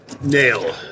Nail